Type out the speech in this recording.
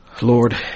Lord